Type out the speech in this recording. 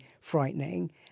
frightening